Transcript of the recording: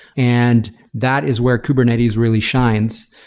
and that is where kubernetes really shines.